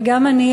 וגם אני,